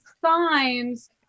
signs